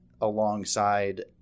alongside